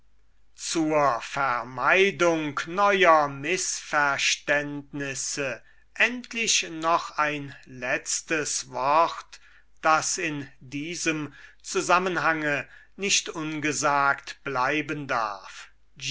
zur vermeidung neuer mißverständnisse endlich noch ein letztes wort das in diesem zusammenhange nicht ungesagt bleiben darf